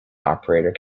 operator